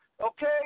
okay